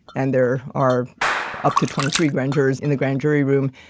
and there are up to twenty three grand jurors in the grand jury room.